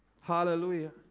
Hallelujah